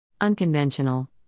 Unconventional